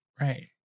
Right